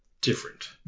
different